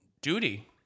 duty